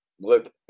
look